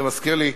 זה מזכיר לי,